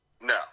No